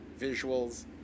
visuals